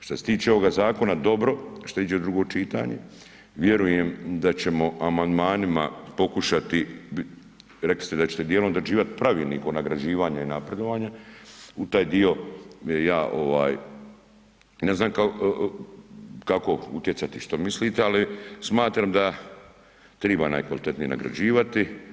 Što se tiče ovoga zakona dobro što iđe u drugo čitanje vjerujem da ćemo amandmanima pokušati, rekli ste da ćete dijelom odrađivat pravilnik o nagrađivanju i napredovanja, u taj dio ja ovaj ne znam kako utjecati što mislite ali smatram da triba najkvalitetnije nagrađivati.